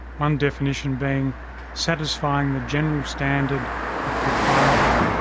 one definition being satisfying the general standard of propriety